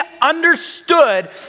understood